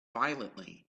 violently